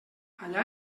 allà